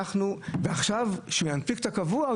ועכשיו כשהוא ינפיק את הקבוע,